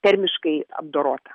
termiškai apdorota